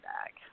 back